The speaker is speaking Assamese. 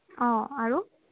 অঁ আৰু